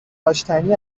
داشتنی